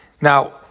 Now